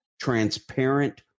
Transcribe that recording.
transparent